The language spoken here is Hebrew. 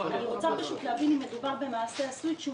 אני רוצה להבין אם מדובר במעשה עשוי כשהוא